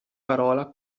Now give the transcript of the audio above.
parola